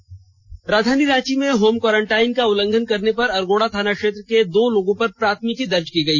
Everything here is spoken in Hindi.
प्राथमिकी दर्ज राजधानी रांची में होम क्वारंटाइन का उल्लंघन करने पर अरगोड़ा थाना क्षेत्र के दो लोगों पर प्राथमिकी दर्ज की गई